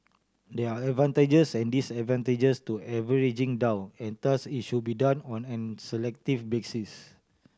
there are advantages and disadvantages to averaging down and thus it should be done on an selective basis